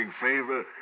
favor